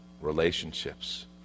relationships